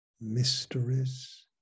mysteries